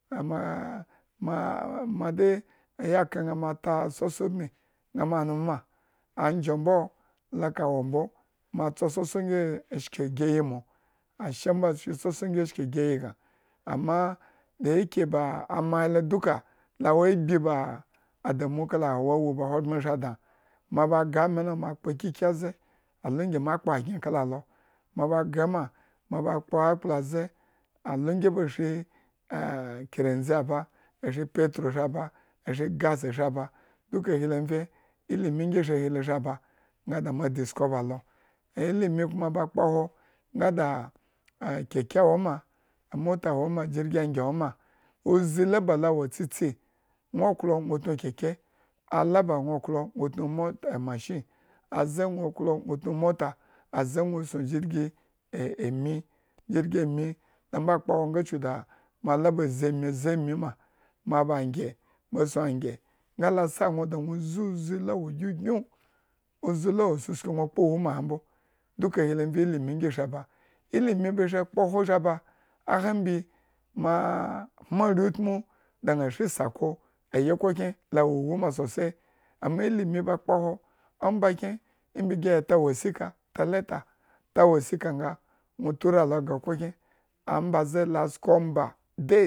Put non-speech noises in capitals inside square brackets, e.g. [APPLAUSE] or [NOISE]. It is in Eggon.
[HESITATION] ma de ayikre ma ta soso ubmi nga nmu ma, anjho mbo la ka wo mbo, mo tso asoso ngi ashki igeyi mo, ashe mbo tso asoso ashki igeyi bma, amma dayekeba ama he lo duka la wo agbi ba adamu kala hawawu ba ahogbren ashri dañ mo ba gre ami lokpo kiki aze, ao ngi mokpo akngre kala alo. ma ba gre makpo akplaze alongi ba shri kerosen aba, ashri petrol shriaba, ashri gas ashri aba duka ahi lo mvge ilimi ngi shri hilo ashri aba nga mo discover alo, alilmi kuma ba kpahwo nga ada keke woma, amota woma jirgi angye a woma, uzi la ba lo wo tsitsi, nwo klonwo tno keke ala aba nwo klo nwo tnu amota machine, aze nwo klo tnu mota, aze nwo sun jirgieami, jirgin ami lambo kpahwu nga chuku da moa la ba zi amii azi ma. moaba angye mo sun angye nga la sa da nwo zuzi la wo gyhungyun, uzi la wo sasku nwo kpo ewu mambo duka ali lo mvye ilimi nyi shri lo aba, ilimi ba shri okpohwo shri ba ahambi mah hma are utmu dan shri sako ayikhrokyen la wo ewu ma sosai amma ilimi ba kpahwo omba kyenembiyi eta wosika ta letter, ta wosika nganwo tura lo gre okhrekyen ombaze lo sko omba days